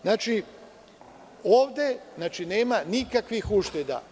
Znači, ovde nema nikakvih ušteda.